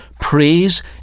praise